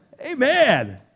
Amen